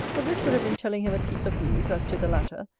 but this would have been telling him a piece of news, as to the latter,